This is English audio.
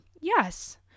yes